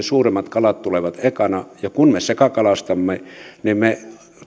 suuremmat kalat tulevat ekana ja kun me sekakalastamme niin